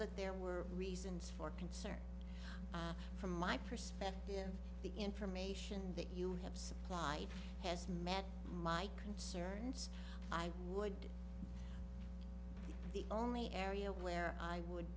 that there were reasons for concern from my perspective the information that you have supplied has met my concerns i would be the only area where i would